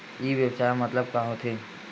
ई व्यवसाय मतलब का होथे?